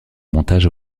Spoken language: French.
montage